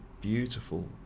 beautiful